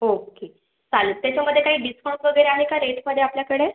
okay चालेल त्याच्यामध्ये काही डिस्काऊंट वगैरे आहे का रेटमध्ये आपल्याकडे